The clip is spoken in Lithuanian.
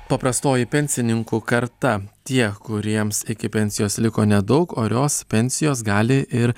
paprastoji pensininkų karta tie kuriems iki pensijos liko nedaug orios pensijos gali ir